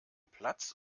platz